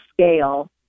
scale